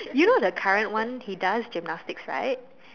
you know the current one he does gymnastics right